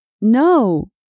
No